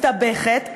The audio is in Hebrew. ומסתבכת,